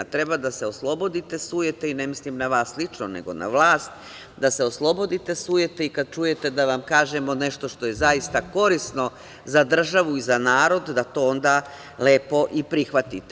Treba da se oslobodite sujete, ne mislim na vas lično nego na vlast, treba da se oslobodite sujete i kad čujete da vam kažemo nešto što je zaista korisno za državu i za narod, da to onda lepo i prihvatite.